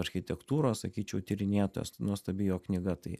architektūros sakyčiau tyrinėtojas nuostabi jo knyga tai